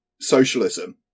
socialism